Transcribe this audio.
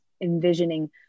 envisioning